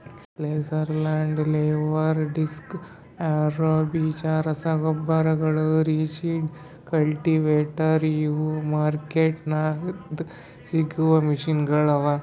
laser land leveller, disc harrow, ಬೀಜ ರಸಗೊಬ್ಬರ, rigid, cultivator ಇವು ಮಾರ್ಕೆಟ್ದಾಗ್ ಸಿಗವು ಮೆಷಿನಗೊಳ್ ಅವಾ